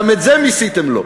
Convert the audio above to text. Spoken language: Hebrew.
גם את זה מיסיתם לו.